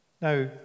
Now